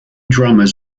drummers